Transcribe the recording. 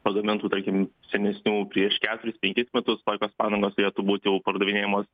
pagamintų tarkim senesnių prieš keturis penkis metus tokios padangos turėtų būt jau pardavinėjamos